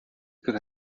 could